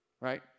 right